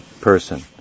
person